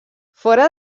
fora